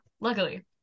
luckily